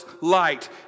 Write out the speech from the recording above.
light